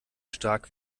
stark